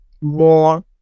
more